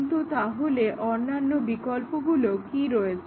কিন্তু তাহলে অন্যান্য বিকল্পগুলো কি রয়েছে